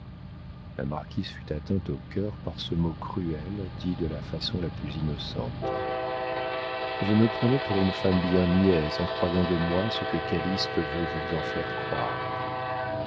la marquise fut atteinte au cœur par ce mot cruel dit de la façon la plus innocente vous me prenez pour une femme bien niaise en croyant de moi ce que calyste veut vous en faire croire